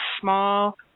small